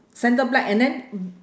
centre black and then